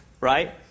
right